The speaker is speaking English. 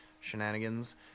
shenanigans